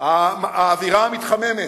האווירה מתחממת.